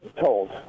told